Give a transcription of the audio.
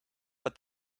but